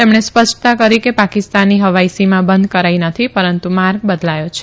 તેમણે સ્પષાતા કરી કે પાકિસ્તાનની હવાઇસીમા બંધ કરાઇ નથી પરંતુ માર્ગ બદલાયો છે